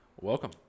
welcome